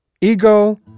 ego